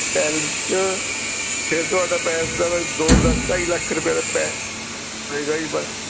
palace 'ਚ ਫੇਰ ਤੁਹਾਡਾ ਪੈਲਸ ਦਾ ਤਾਂ ਦੋ ਲੱਖ ਢਾਈ ਲੱਖ ਰੁਪਏ ਦਾ ਪੈ